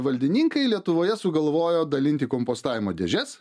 valdininkai lietuvoje sugalvojo dalinti kompostavimo dėžes